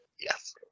Yes